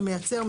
שמייצר,